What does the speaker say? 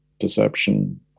perception